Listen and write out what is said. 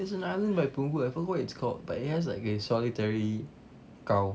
there's an island by punggol I forgot what it's called but it has like a solitary cow